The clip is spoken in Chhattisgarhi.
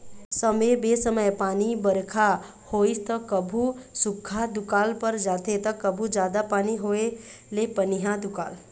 समे बेसमय पानी बरखा होइस त कभू सुख्खा दुकाल पर जाथे त कभू जादा पानी होए ले पनिहा दुकाल